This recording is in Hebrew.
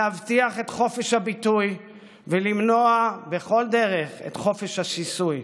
להבטיח את חופש הביטוי ולמנוע בכל דרך את חופש השיסוי.